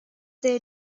they